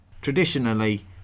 Traditionally